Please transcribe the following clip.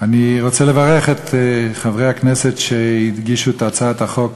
אני רוצה לברך את חברי הכנסת שהגישו את הצעת החוק